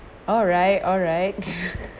alright alright